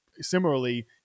similarly –